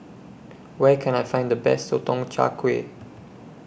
Where Can I Find The Best Sotong Char Kway